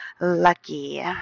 lucky